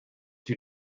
too